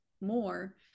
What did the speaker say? more